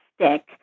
stick